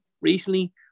recently